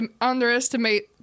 underestimate